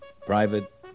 Private